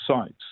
sites